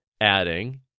adding